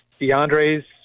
DeAndre's